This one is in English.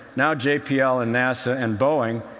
now jpl, and nasa and boeing,